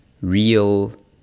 real